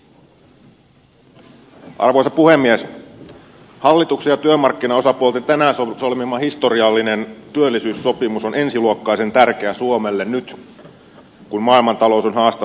hallituksen ja työmarkkinaosapuolten tänään solmima historiallinen työllisyyssopimus on ensiluokkaisen tärkeä suomelle nyt kun maailmantalous on haastavassa tilanteessa